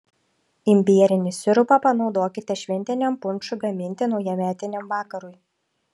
imbierinį sirupą panaudokite šventiniam punšui gaminti naujametiniam vakarui